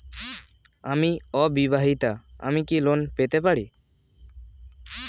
আমি অবিবাহিতা আমি কি লোন পেতে পারি?